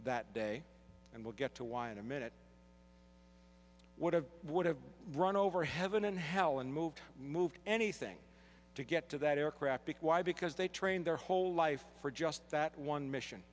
that day and we'll get to why in a minute would have would have run over heaven and hell and moved moved anything to get to that aircraft be quiet because they train their whole life for just that one mission